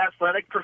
Athletic